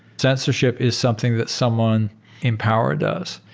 censorship is something that someone empowered us.